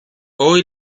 hoy